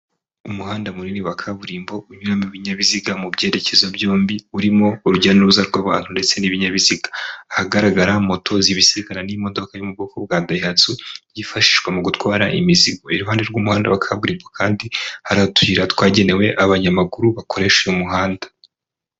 Umuhanda munini wa kaburimbo, unyuramo bininyabiziga mu byerekezo byombi, urimo urujya n'uruza rw'abantu ndetse n'ibinyabiziga. Hagaragara moto zibisikana n'imodoka yo mu bwoko bwa dahatsu, byifashishwa mu gutwara imizigo, iruhande rw'umuhanda wa kaburimbo kandi hari utuyira twagenewe abanyamaguru, bakoresha uyu muhanda.